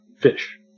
fish